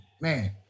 man